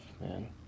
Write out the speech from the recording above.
man